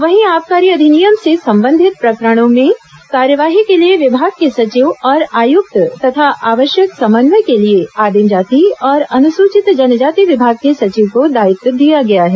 वहीं आबकारी अधिनियम से संबंधित प्रकरणों में कार्यवाही के लिए विभाग के सचिव और आयुक्त तथा आवश्यक समन्वय के लिए आदिम जाति और अनुसूचित जनजाति विभाग के सचिव को दायित्व दिया गया है